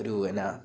ഒരൂ എന്നാ